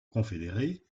confédéré